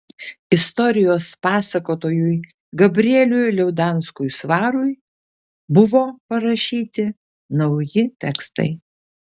istorijos pasakotojui gabrieliui liaudanskui svarui buvo parašyti nauji tekstai